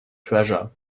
treasure